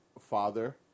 father